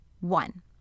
one